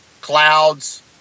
clouds